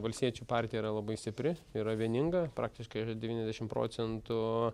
valstiečių partija yra labai stipri yra vieninga praktiškai devyniasdešim procentų